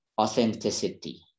authenticity